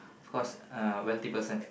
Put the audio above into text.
of course uh wealthy person